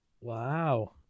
Wow